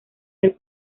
del